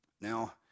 Now